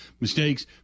mistakes